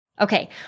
Okay